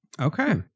Okay